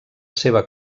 seva